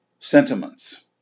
sentiments